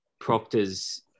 Proctor's